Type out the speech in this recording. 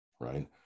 right